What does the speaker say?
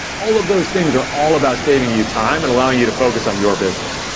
all of those things are all about saving you time and allowing you to focus on your business.